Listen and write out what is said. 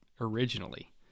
originally